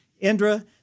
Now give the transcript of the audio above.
Indra